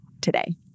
today